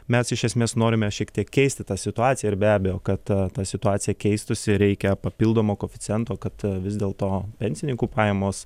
mes iš esmės norime šiek tiek keisti tą situaciją ir be abejo kad ta situacija keistųsi reikia papildomo koeficiento kad vis dėl to pensininkų pajamos